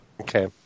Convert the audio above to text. Okay